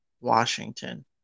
Washington